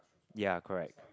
ya correct